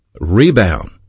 Rebound